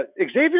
Xavier